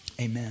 Amen